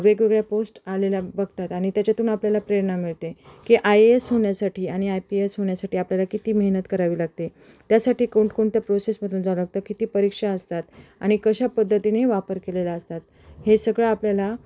वेगवेगळ्या पोस्ट आलेल्या बघतात आणि त्याच्यातून आपल्याला प्रेरणा मिळते की आय ए एस होण्यासाठी आणि आय पी एस होण्यासाठी आपल्याला किती मेहनत करावी लागते त्यासाठी कोणकोणत्या प्रोसेसमधून जावं लागतं किती परीक्षा असतात आणि कशा पद्धतीनी वापर केलेल्या असतात हे सगळं आपल्याला